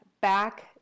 back